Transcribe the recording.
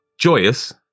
Joyous